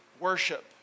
worship